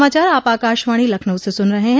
यह समाचार आप आकाशवाणी लखनऊ से सुन रहे हैं